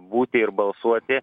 būti ir balsuoti